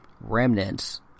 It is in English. remnants